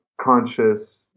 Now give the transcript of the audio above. conscious